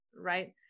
right